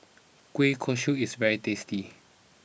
Kueh Kosui is very tasty